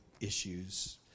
issues